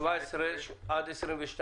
הצבעה בעד (17) עד (22)